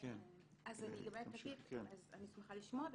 אני שמחה לשמוע,